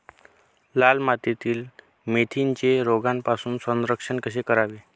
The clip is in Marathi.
लाल मातीतील मेथीचे रोगापासून संरक्षण कसे करावे?